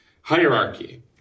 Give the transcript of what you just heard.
hierarchy